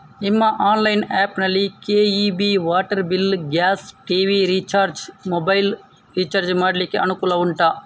ನಿಮ್ಮ online app ನಲ್ಲಿ KEB, water bill, gas, TV recharge, mobile recharge ಮಾಡ್ಲಿಕ್ಕೆ ಅನುಕೂಲ ಉಂಟಾ